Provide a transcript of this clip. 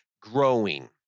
growing